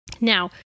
Now